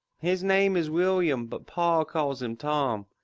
his name is william but pa calls him tom.